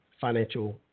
financial